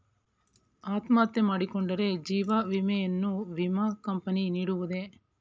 ಅತ್ಮಹತ್ಯೆ ಮಾಡಿಕೊಂಡರೆ ಜೀವ ವಿಮೆಯನ್ನು ವಿಮಾ ಕಂಪನಿ ನೀಡುವುದೇ?